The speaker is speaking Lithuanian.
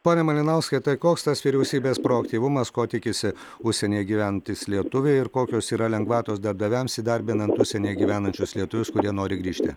pone malinauskai tai koks tas vyriausybės proaktyvumas ko tikisi užsienyje gyvenantys lietuviai ir kokios yra lengvatos darbdaviams įdarbinant užsienyje gyvenančius lietuvius kurie nori grįžti